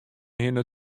hinne